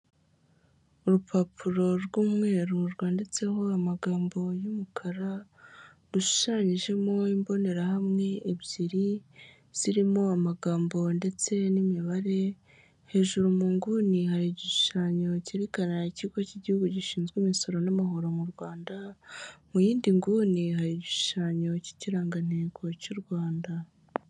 Urupapuro rw'umweru rwanditseho amagambo y'umukara, rushushanyijemo imbonerahamwe ebyiri zirimo amagambo ndetse n'imibare, hejuru mu nguni hari igishushanyo cyerekana ikigo cy igihugu gishinzwe imisoro n'amahoro mu Rwanda, mu yindi nguni hari igishushanyo cy'ikirangantego cy'u Rwanda.